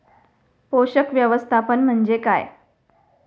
पोषक व्यवस्थापन म्हणजे काय?